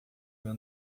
meu